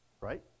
Right